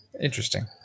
Interesting